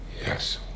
Yes